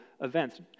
events